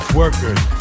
workers